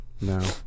No